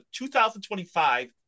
2025